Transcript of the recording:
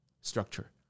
structure